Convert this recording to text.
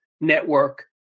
network